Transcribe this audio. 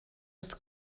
wrth